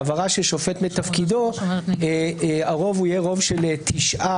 בהעברה של שופט מתפקידו הרוב יהיה רוב של תשעה,